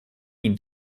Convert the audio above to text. ihnen